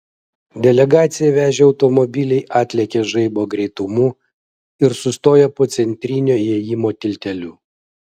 delegaciją vežę automobiliai atlėkė žaibo greitumu ir sustojo po centrinio įėjimo tilteliu